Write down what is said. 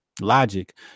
logic